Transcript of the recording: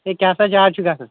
ہے کیاہ سا زیادٕ چھُ گَژھَان